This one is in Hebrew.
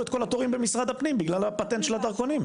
את כל התורים במשרד הפנים בגלל הפטנט של הדרכונים.